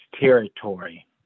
territory